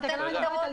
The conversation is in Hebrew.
בוודאי.